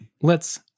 Let's-